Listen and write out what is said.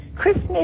Christmas